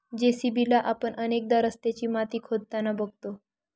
JCB ला आपण अनेकदा रस्त्याची माती खोदताना बघतो